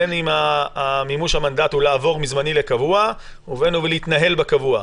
בין אם מימוש המנדט הוא לעבור מזמני לקבוע ובין אם להתנהל בקבוע.